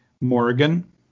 Morgan